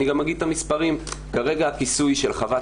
אני גם אגיד את המספרים: כרגע הכיסוי של חוות